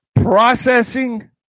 processing